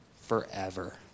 forever